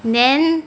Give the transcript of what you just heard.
then